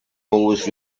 always